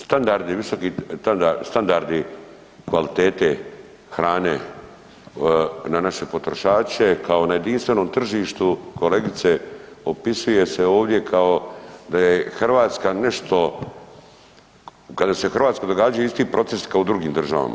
Standardi visoki, standardi kvalitete hrane na naše potrošače kao na jedinstvenom tržištu kolegice opisuje se ovdje kao da je Hrvatska nešto, kao da se u Hrvatskoj događaju isti procesi kao i u drugim državama.